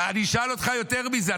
אני אשאל אותך יותר מזה.